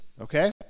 Okay